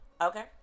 Okay